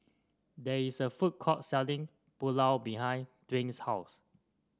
there is a food court selling Pulao behind Dwight's house